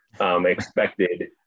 expected